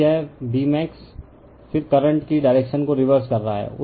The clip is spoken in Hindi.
फिर यह Bmax फिर करंट की डायरेक्शन को रिवर्स कर रहा है